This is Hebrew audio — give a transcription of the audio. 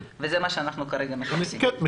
זה מה שאנחנו מחפשים כרגע.